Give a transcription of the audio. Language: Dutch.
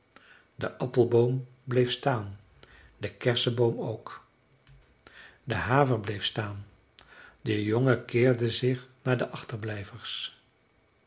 de appelboom bleef staan de kerseboom ook de haver bleef staan de jongen keerde zich naar de achterblijvers